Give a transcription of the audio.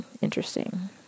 interesting